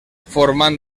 formant